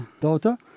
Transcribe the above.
daughter